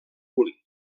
punt